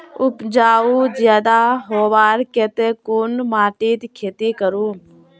उपजाऊ ज्यादा होबार केते कुन माटित खेती करूम?